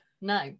no